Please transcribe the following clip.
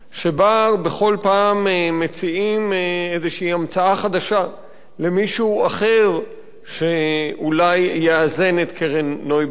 שבה בכל פעם ממציאים המצאה חדשה למישהו אחר שאולי יאזן את קרן נויבך,